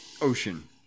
Ocean